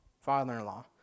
father-in-law